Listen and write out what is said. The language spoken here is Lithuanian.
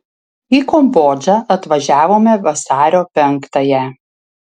į kambodžą atvažiavome vasario penktąją